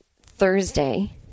Thursday